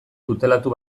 tutelatu